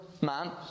man